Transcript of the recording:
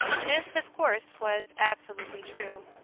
this, of course, was absolutely true,